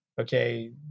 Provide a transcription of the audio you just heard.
Okay